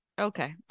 Okay